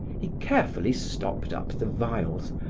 he carefully stopped up the vials,